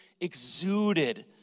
exuded